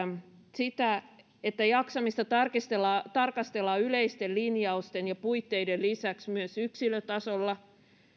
sitä että jaksamista tarkastellaan tarkastellaan yleisten linjausten ja puitteiden lisäksi myös yksilötasolla